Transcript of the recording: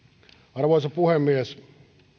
arvoisa puhemies